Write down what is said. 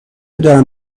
دارم